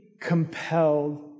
compelled